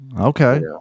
Okay